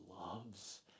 loves